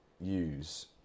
use